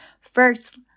First